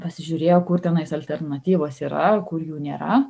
pasižiūrėjo kur tenais alternatyvos yra kur jų nėra